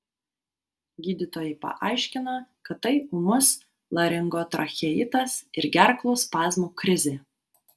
gydytojai paaiškino kad tai ūmus laringotracheitas ir gerklų spazmų krizė